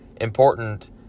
important